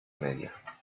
media